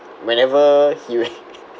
whenever he